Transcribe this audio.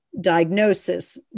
diagnosis